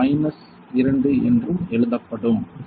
minus 2 என்றும் எழுதப்படும் Refer Time 1255